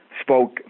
spoke